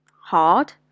hard